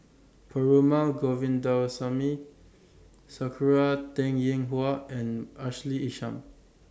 Perumal Govindaswamy Sakura Teng Ying Hua and Ashley Isham